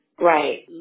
Right